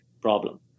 problem